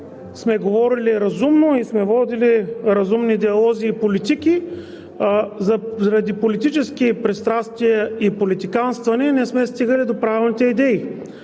сме говорили разумно и сме водили разумни диалози и политики, заради политически пристрастия и политиканстване не сме стигали до правилните идеи.